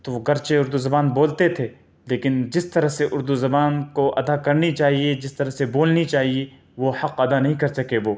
تو وہ گرچہ اردو زبان بولتے تھے لیکن جس طرح سے اردو زبان کو ادا کرنی چاہیے جس طرح سے بولنی چاہیے وہ حق ادا نہیں کرسکے وہ